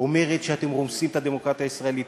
אומרת שאתם רומסים את הדמוקרטיה הישראלית,